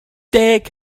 deg